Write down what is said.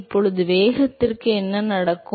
இப்போது வேகத்திற்கு என்ன நடக்கும்